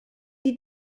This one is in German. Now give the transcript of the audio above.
die